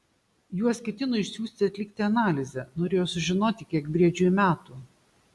juos ketino išsiųsti atlikti analizę norėjo sužinoti kiek briedžiui metų